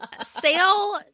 Sale